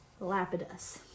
Lapidus